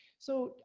so,